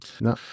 No